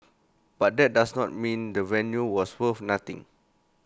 but that does not mean the venue was worth nothing